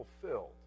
fulfilled